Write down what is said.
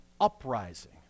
uprising